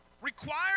required